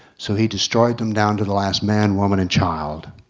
so he destroyed them down to the last man woman and child.